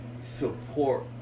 support